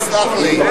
תסלח לי.